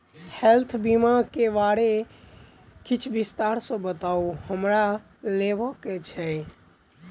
Health बीमा केँ बारे किछ विस्तार सऽ बताउ हमरा लेबऽ केँ छयः?